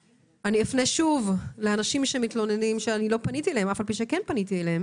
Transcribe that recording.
יש פה אחריות לבעלי הרשת להחיל תקנות וחוקי נגישות בכל הארץ.